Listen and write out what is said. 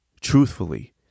truthfully